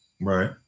Right